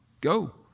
Go